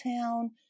town